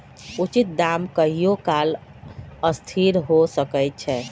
उचित दाम कहियों काल असथिर हो सकइ छै